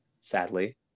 sadly